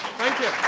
thank you.